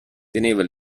teneva